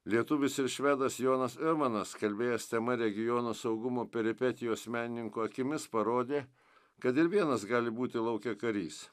lietuvis ir švedas jonas iumanas kalbėjęs tema regiono saugumo peripetijos menininko akimis parodė kad ir vienas gali būti lauke karys